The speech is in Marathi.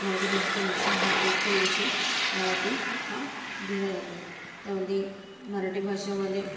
मराठी भाषेचा विषय हा एकतरी विषय मराठी हा दिला जातो त्यामध्ये मराठी भाषेमध्ये